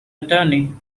attorney